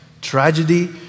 Tragedy